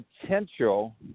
potential